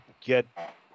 get